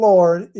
Lord